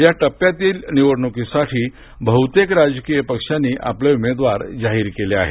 या टप्प्यातील निवडणुकीसाठी बहुतेक राजकीय पक्षांनी आपले उमेदवार जाहीर केले आहेत